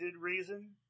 reason